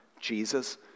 Jesus